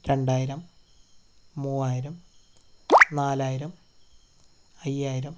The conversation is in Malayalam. രണ്ടായിരം മൂവായിരം നാലായിരം അയ്യായിരം